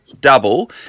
double